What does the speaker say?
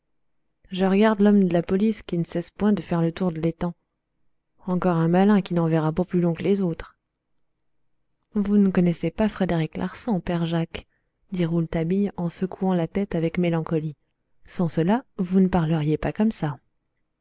je r'garde l'homme de la police qui ne cesse point de faire le tour de l'étang encore un malin qui n'en verra pas plus long qu'les autres vous ne connaissez pas frédéric larsan père jacques dit rouletabille en secouant la tête sans cela vous ne parleriez pas comme ça